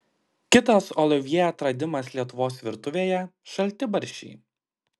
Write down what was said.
kitas olivjė atradimas lietuvos virtuvėje šaltibarščiai